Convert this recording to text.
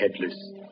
headless